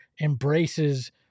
embraces